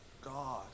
God